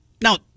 Now